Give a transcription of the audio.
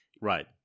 Right